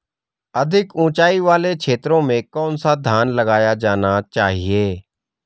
अधिक उँचाई वाले क्षेत्रों में कौन सा धान लगाया जाना चाहिए?